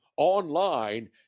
online